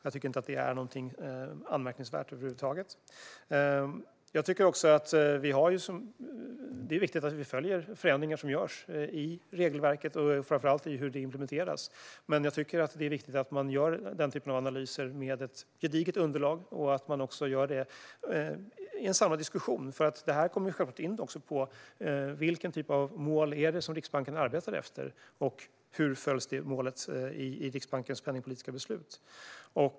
Jag tycker inte att det är någonting anmärkningsvärt över huvud taget. Det är viktigt att vi följer förändringar som görs i regelverket och framför allt i hur det implementeras. Det är viktigt att man gör den typen av analyser med ett gediget underlag och i en samlad diskussion. Man kommer självklart också in på: Vilken typ av mål är det som Riksbanken arbetar efter? Hur följs det målet i Riksbankens penningpolitiska beslut?